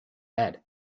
head